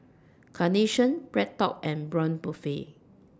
Carnation BreadTalk and Braun Buffel